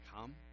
come